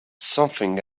something